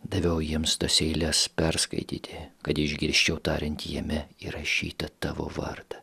daviau jiems tas eiles perskaityti kad išgirsčiau tariant jame įrašytą tavo vardą